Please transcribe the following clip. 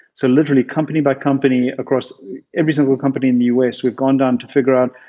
so literally company by company across every single company in the us, we've gone down to figure out,